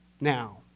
now